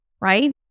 right